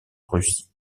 russie